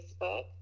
Facebook